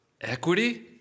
Equity